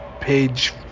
page